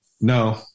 No